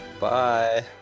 Bye